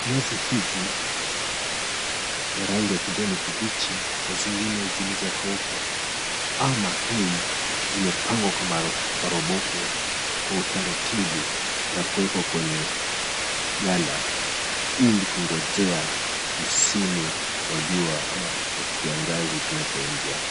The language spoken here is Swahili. Nyasi hizi za rangi ya kijani kibichi na zingine zilizokauka ama hay zimepangwa kwa maroboto kwa utaritibu na kuwekwa kwenye gala ili kungonjea msimu wa jua ama kiangazi kinapoingia.